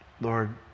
Lord